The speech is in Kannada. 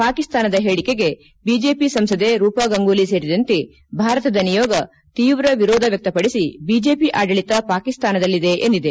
ಪಾಕಿಸ್ತಾನದ ಹೇಳಿಕೆಗೆ ಬಿಜೆಪಿ ಸಂಸದೆ ರೂಪಾಗಂಗೂಲಿ ಸೇರಿದಂತೆ ಭಾರತದ ನಿಯೋಗ ತೀವ್ರ ವಿರೋಧ ವ್ಯಕ್ತಪಡಿಸಿ ಬಿಜೆಪಿ ಆಡಳಿತ ಪಾಕಿಸ್ತಾನದಲ್ಲಿದೆ ಎಂದಿದೆ